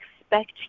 expect